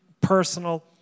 personal